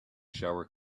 shower